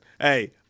hey